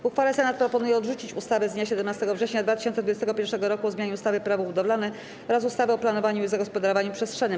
W uchwale Senat proponuje odrzucić ustawę z dnia 17 września 2021 r. o zmianie ustawy - Prawo budowlane oraz ustawy o planowaniu i zagospodarowaniu przestrzennym.